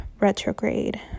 retrograde